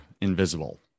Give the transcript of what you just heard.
invisible